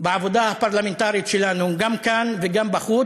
בעבודה הפרלמנטרית שלנו, גם כאן וגם בחוץ.